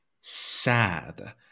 sad